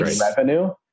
revenue